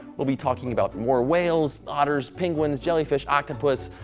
we'll be talking about more whales, otters, penguins, jellyfish, octopus,